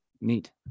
Neat